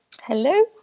Hello